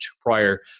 prior